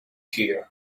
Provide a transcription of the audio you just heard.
here